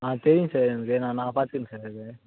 ஆ தெரியும் சார் எங்களுக்கு நான் நாங்கள் பார்த்துக்குறோம் சார் அது